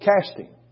Casting